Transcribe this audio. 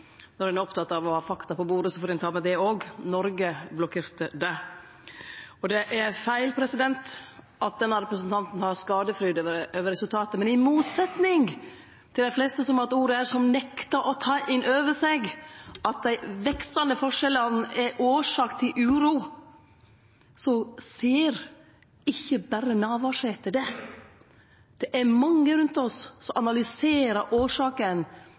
Når ein er oppteken av å ha fakta på bordet, får ein ta med det òg. Noreg blokkerte det. Det er feil at denne representanten har skadefryd over resultatet, men i motsetnad til dei fleste som har hatt ordet her, som nektar å ta inn over seg at dei veksande forskjellane er årsaka til uroa, er det ikkje berre Navarsete som ser det. Det er mange rundt oss som analyserer